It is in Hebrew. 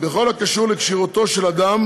בכל הקשור לכשירותו של אדם